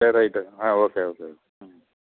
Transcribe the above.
சரி ரைட் ஆ okay okay ம்